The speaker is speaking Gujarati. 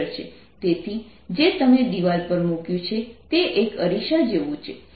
તેથી જે તમે દિવાલ પર મૂક્યું છે તે એક અરીસા જેવું છે